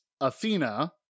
Athena